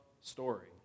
story